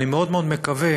אני מאוד מאוד מקווה,